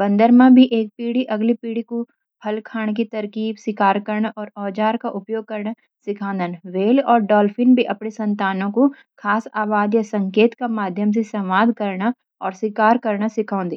बंदरां मा भी एक पीढ़ी अगली पीढ़ी कूण फल खाण की तरकीब, शिकार करणा और औजार का उपयोग करणा सिखांदन। व्हेल और डॉल्फिन भी अपनी संतानों कू खास आवाज़ या संकेत के माध्यम से संवाद करणा और शिकार करणा सिखोदी।